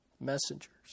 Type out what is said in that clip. messengers